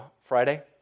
Friday